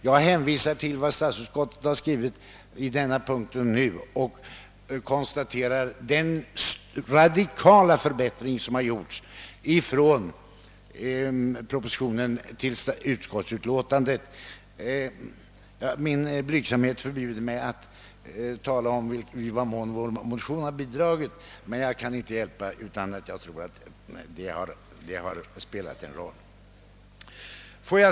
Jag hänvisar till vad statsutskottet skrivit på denna punkt och konstaterar den radikala förbättring som skett på vägen från propositionen till utskottsutlåtandet. Min blygsamhet förbjuder mig att tala om i vad mån vår motion har bidragit härtill, men jag kan inte hjälpa att jag tror att den har spelat en viss roll.